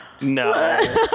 No